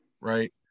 right